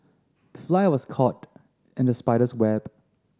the fly was caught in the spider's web